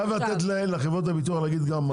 אני חייב לתת לחברות הביטוח להגיד משהו,